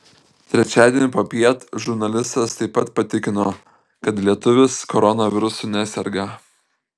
trečiadienį popiet žurnalistas taip pat patikino kad lietuvis koronavirusu neserga